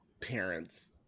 parents